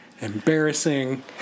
embarrassing